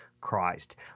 Christ